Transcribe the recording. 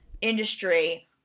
industry